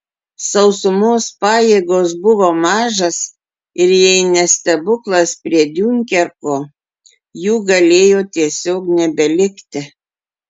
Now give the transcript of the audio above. sausumos pajėgos buvo mažos ir jei ne stebuklas prie diunkerko jų galėjo tiesiog nebelikti